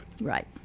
Right